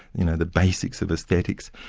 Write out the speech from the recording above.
you know the basic of aesthetics.